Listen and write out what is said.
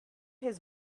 his